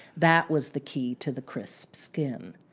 that was the key to the crisp skin.